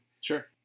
Sure